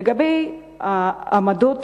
לגבי העמדות